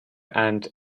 and